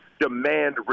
demand